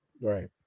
Right